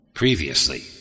Previously